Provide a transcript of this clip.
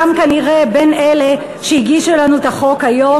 גם כנראה בין אלה שהגישו לנו את החוק היום.